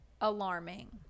alarming